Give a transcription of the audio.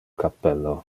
cappello